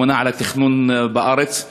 הממונה על התכנון בארץ,